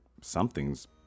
something's